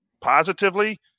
positively